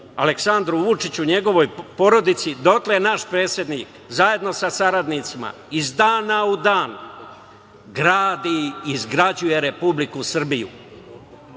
Aleksandru Vučiću i njegovoj porodici, dotle je naš predsednik zajedno sa saradnicima iz dana u dan gradi, izgrađuje Republiku Srbiju,